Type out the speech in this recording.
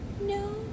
no